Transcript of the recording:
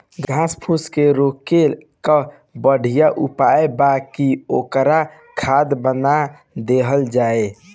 घास फूस के रोकले कअ बढ़िया उपाय बा कि ओकर खाद बना देहल जाओ